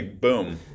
Boom